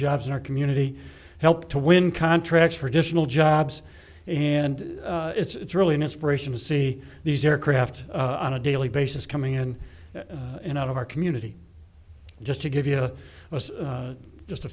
jobs in our community help to win contracts for additional jobs and it's really an inspiration to see these aircraft on a daily basis coming in and out of our community just to give you just a